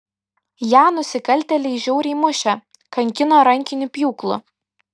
ją nusikaltėliai žiauriai mušė kankino rankiniu pjūklu